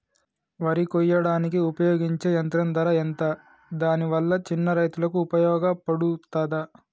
వరి కొయ్యడానికి ఉపయోగించే యంత్రం ధర ఎంత దాని వల్ల చిన్న రైతులకు ఉపయోగపడుతదా?